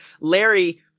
Larry